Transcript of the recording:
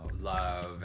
love